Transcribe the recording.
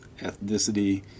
ethnicity